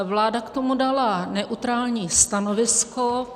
Vláda k tomu dala neutrální stanovisko.